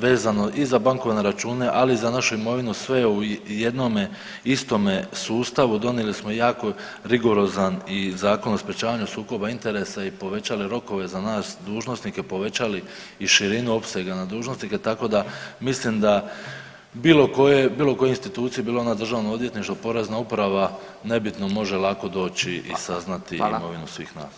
vezano i za bankovne račune, ali i za našu imovinu sve je u jednome istome sustavu, donijeli smo jako rigorozan i Zakon o sprječavanju sukoba interesa i povećali rokove za nas dužnosnike, povećali i širinu opsega na dužnosnike, tako da mislim da bilo koje, bilo koje institucije bilo ono državno odvjetništvo, porezna uprava, nebitno, može lako doći i saznati imovinu svih nas.